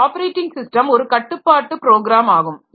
இந்த operating system ஒரு கட்டுப்பாட்டு ப்ரோக்ராம் ஆகும்